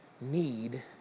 need